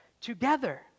together